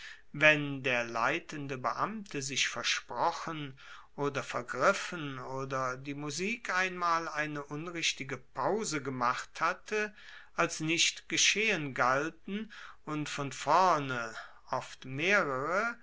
wenn der leitende beamte sich versprochen oder vergriffen oder die musik einmal eine unrichtige pause gemacht hatte als nicht geschehen galten und von vorne oft mehrere